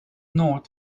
north